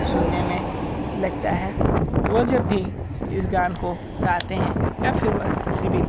सुनने में लगता है वो जब भी इस गाने को गाते हैं या फिर वह किसी भी